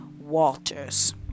walters